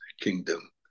kingdom